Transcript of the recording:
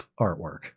artwork